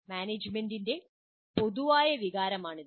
മാനേജ്മെന്റിന്റെ പൊതുവായ വികാരമാണിത്